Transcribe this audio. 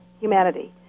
humanity